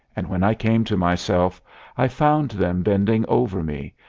and when i came to myself i found them bending over me,